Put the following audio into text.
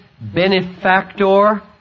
benefactor